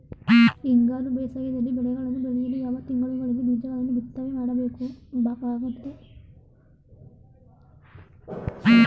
ಹಿಂಗಾರು ಬೇಸಾಯದಲ್ಲಿ ಬೆಳೆಗಳನ್ನು ಬೆಳೆಯಲು ಯಾವ ತಿಂಗಳುಗಳಲ್ಲಿ ಬೀಜಗಳನ್ನು ಬಿತ್ತನೆ ಮಾಡಬೇಕಾಗುತ್ತದೆ?